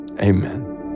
Amen